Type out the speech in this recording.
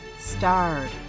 starred